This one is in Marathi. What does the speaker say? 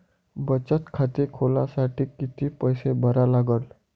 बचत खाते खोलासाठी किती पैसे भरा लागन?